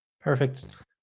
Perfect